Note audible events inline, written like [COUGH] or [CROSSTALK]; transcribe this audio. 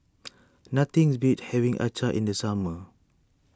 [NOISE] nothing beats having Acar in the summer